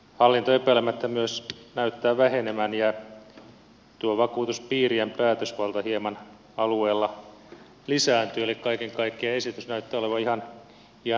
hallinto epäilemättä myös näyttää vähenevän ja vakuutuspiirien päätösvalta hieman alueilla lisääntyy eli kaiken kaikkiaan esitys näyttää olevan ihan ok